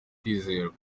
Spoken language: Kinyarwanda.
kwizerwa